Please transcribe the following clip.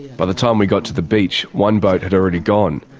by the time we got to the beach, one boat had already gone,